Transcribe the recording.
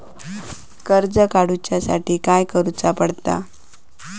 कर्ज काडूच्या साठी काय करुचा पडता?